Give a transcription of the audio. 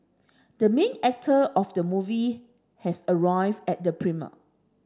the main actor of the movie has arrived at the premiere